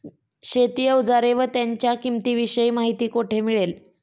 शेती औजारे व त्यांच्या किंमतीविषयी माहिती कोठे मिळेल?